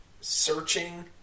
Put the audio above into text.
Searching